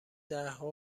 دهها